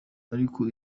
ariko